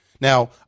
Now